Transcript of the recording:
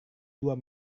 dua